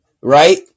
right